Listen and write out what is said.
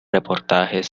reportajes